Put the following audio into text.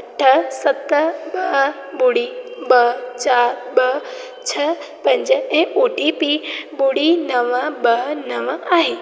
अठ सत ॿ ॿुड़ी ॿ चार ॿ छ पंज ऐं ओ टी पीि ॿुड़ी नव ॿ नव आहे